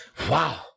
Wow